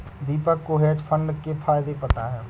दीपक को hedge fund के फायदे पता है